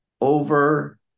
over